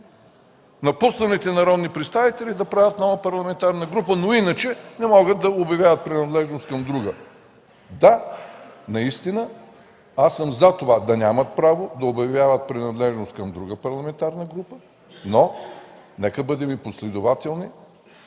напусналите народни представители да правят нова парламентарна група, но иначе да не могат да обявяват принадлежност към друга. Да, наистина, аз съм „за” това да нямат право да обявяват принадлежност към друга парламентарна група, но нека да бъдем последователни